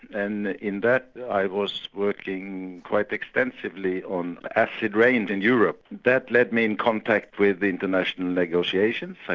and in that i was working quite extensively on acid rain in europe. that led me in contact with international negotiations,